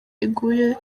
iguye